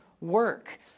work